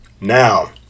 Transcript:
Now